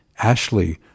Ashley